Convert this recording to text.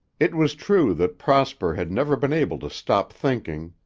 it was true that prosper had never been able to stop thinking,